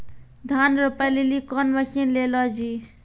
धान रोपे लिली कौन मसीन ले लो जी?